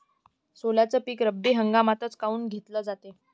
सोल्याचं पीक रब्बी हंगामातच काऊन घेतलं जाते?